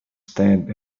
stand